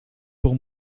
pour